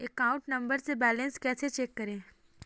Account number से balance कैसे check करें?